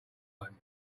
time